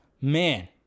Man